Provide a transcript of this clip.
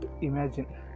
imagine